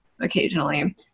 occasionally